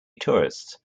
tourists